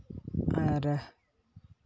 ᱟᱨ